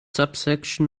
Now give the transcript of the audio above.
subsection